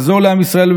לעזור לעם ישראל,